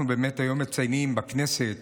אנחנו מציינים היום בכנסת